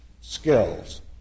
skills